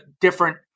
different